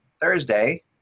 Thursday